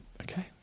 Okay